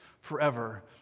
forever